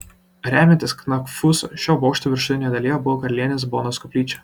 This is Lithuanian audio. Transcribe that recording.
remiantis knakfusu šio bokšto viršutinėje dalyje buvo karalienės bonos koplyčia